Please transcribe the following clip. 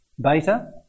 Beta